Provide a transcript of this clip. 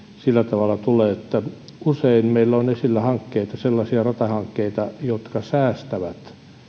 sillä tavalla tulee että usein meillä on esillä hankkeita sellaisia ratahankkeita jotka säästävät